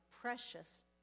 precious